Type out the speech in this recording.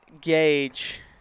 gauge